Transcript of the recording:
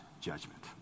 judgment